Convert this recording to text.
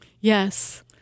Yes